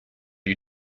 you